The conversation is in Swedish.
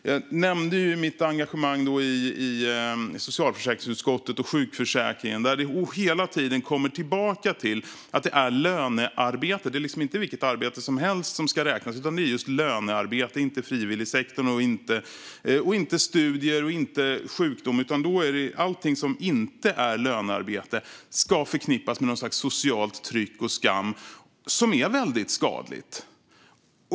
Jag nämnde mitt engagemang i socialförsäkringsutskottet och sjukförsäkringen, där man hela tiden kommer tillbaka till att det är lönearbete som ska räknas - inte vilket arbete som helst, inte frivilligsektorn, inte studier och inte sjukdom. Allting som inte är lönearbete ska förknippas med någon sorts socialt tryck och skam, vilket är väldigt skadligt.